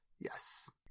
yes